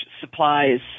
supplies